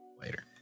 Later